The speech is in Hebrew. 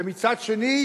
ומצד שני